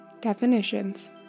Definitions